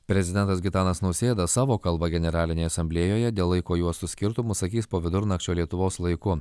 prezidentas gitanas nausėda savo kalbą generalinėje asamblėjoje dėl laiko juostų skirtumų sakys po vidurnakčio lietuvos laiku